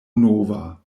nova